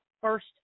first